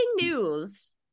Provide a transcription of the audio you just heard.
news